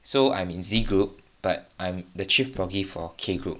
so I'm in Z group but I'm the chief for K group